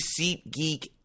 SeatGeek